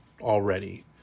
already